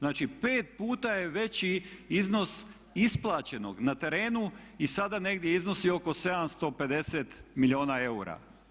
Znači, pet puta je veći iznos isplaćenog na terenu i sada negdje iznosi oko 750 milijuna eura.